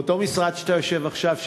באותו משרד שאתה יושב עכשיו,